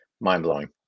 Mind-blowing